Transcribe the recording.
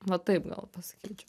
va taip gal pasakykim